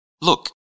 Look